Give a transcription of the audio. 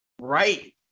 Right